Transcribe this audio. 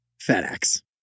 FedEx